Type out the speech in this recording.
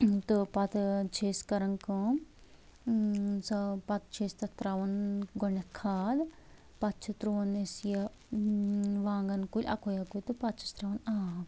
تہٕ پتہٕ چھِ أسۍ کران کٲم زاو پتہٕ چھِ أسۍ تتھ ترٛاوان گۄڈٕنٮ۪تھ کھاد پتہٕ چھِ رُوان أسۍ یہِ وانٛگن کُلۍ اکوے اکوے تہٕ پتہٕ چھِس ترٛاوان آب